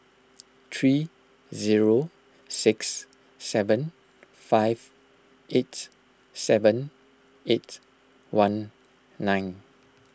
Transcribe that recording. three zero six seven five eight seven eight one nine